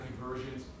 conversions